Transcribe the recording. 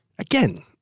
Again